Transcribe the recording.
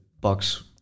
box